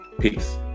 Peace